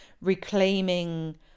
reclaiming